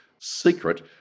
secret